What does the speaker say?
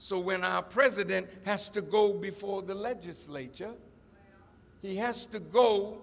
so when our president has to go before the legislature he has to go